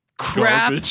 crap